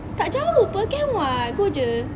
tak jauh pe can [what] go jer